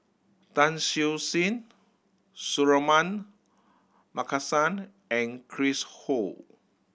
Tan Siew Sin Suratman Markasan and Chris Ho